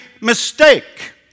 mistake